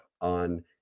on